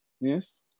Yes